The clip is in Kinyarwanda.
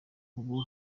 ubu